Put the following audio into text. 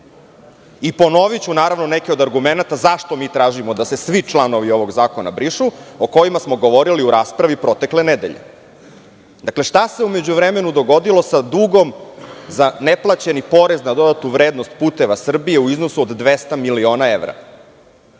duguje. Ponoviću neke od argumenata zašto mi tražimo da se svi članovi ovog zakona brišu o kojima smo govorili u raspravi protekle nedelje. Dakle, šta se u međuvremenu dogodilo sa dugom za neplaćeni porez za PDV "Puteva Srbije" u iznosu od 200 miliona evra?